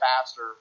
faster